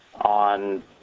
on